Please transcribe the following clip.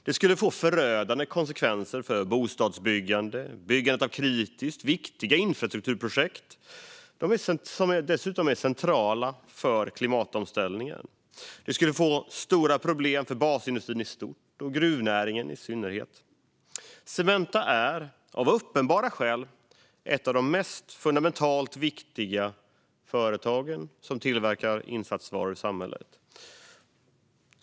Det skulle få förödande konsekvenser för bostadsbyggandet och byggandet av kritiskt viktiga infrastrukturprojekt, som dessutom är centrala för klimatomställningen. Det skulle ge stora problem för basindustrin i stort och för gruvnäringen i synnerhet. Cementa är av uppenbara skäl ett av de mest fundamentalt viktiga företagen som tillverkar insatsvaror i samhället.